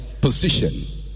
position